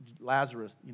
Lazarus